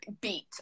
beat